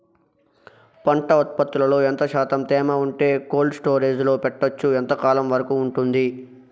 పంట ఉత్పత్తులలో ఎంత శాతం తేమ ఉంటే కోల్డ్ స్టోరేజ్ లో పెట్టొచ్చు? ఎంతకాలం వరకు ఉంటుంది